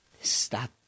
stop